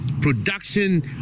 production